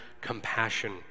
compassion